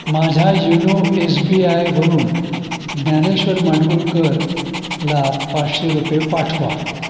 माझ्या YONO S B आयवरून ज्ञानेश्वर माडगुळकरला पाचशे रुपये पाठवा